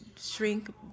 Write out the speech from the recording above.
shrink